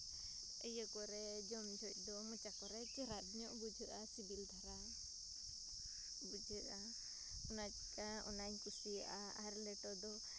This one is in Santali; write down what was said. ᱤᱭᱟᱹ ᱠᱚᱨᱮ ᱡᱚᱢ ᱡᱚᱦᱚᱡ ᱫᱚ ᱢᱚᱪᱟ ᱠᱚᱨᱮ ᱪᱮᱨᱦᱟ ᱵᱩᱡᱷᱟᱹᱜᱼᱟ ᱥᱤᱵᱤᱞ ᱫᱷᱟᱨᱟ ᱵᱩᱡᱷᱟᱹᱜᱼᱟ ᱚᱱᱟ ᱪᱮᱠᱟ ᱚᱱᱟᱧ ᱠᱩᱥᱤᱭᱟᱜᱼᱟ ᱟᱨ ᱞᱮᱴᱚ ᱫᱚ